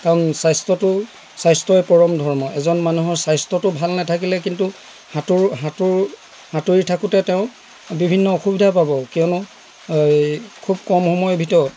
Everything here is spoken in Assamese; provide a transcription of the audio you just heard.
কাৰণ স্বাস্থ্যটো স্বাস্থ্যই পৰম ধৰ্ম এজন মানুহৰ স্বাস্থ্যটো ভাল নাথাকিলে কিন্তু সাঁতোৰ সাঁতোৰ সাঁতোৰি থাকোঁতে তেওঁ বিভিন্ন অসুবিধা পাব কিয়নো এই খুব কম সময় ভিতৰত